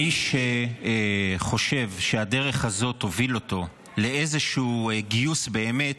מי שחושב שהדרך הזאת תוביל אותו לאיזשהו גיוס באמת,